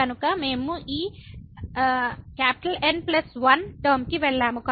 కనుక మేము ఈ N 1 టర్మ కి వెళ్ళాము